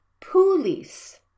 police